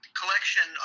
collection